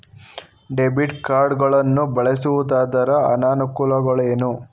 Debit card ಗಳನ್ನು ಬಳಸುವುದರ ಅನಾನುಕೂಲಗಳು ಏನು?